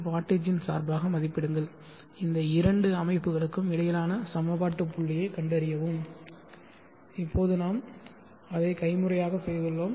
வாட்டேஜின் சார்பாக மதிப்பிடுங்கள் இந்த இரண்டு அமைப்புகளுக்கும் இடையிலான சமபாட்டுப்புள்ளியை கண்டறியவும் இப்போது நாம் அதை கைமுறையாக செய்துள்ளோம்